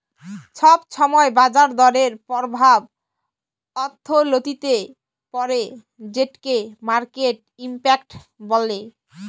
ছব ছময় বাজার দরের পরভাব অথ্থলিতিতে পড়ে যেটকে মার্কেট ইম্প্যাক্ট ব্যলে